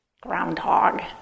Groundhog